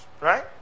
Right